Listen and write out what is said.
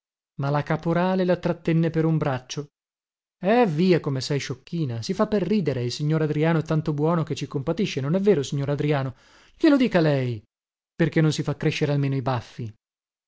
ma la caporale la trattenne per un braccio eh via come sei sciocchina si fa per ridere il signor adriano è tanto buono che ci compatisce non è vero signor adriano glielo dica lei perché non si fa crescere almeno i baffi